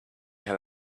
have